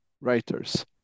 writers